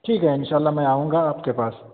ٹھیک ہے ان شاء اللہ میں آؤں گا آپ کے پاس